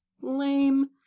Lame